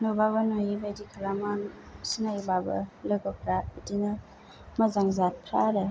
नुबाबो नुयैबायदि खालामो सिनायोबाबो लोगोफ्रा बिदिनो मोजां जाथफ्रा आरो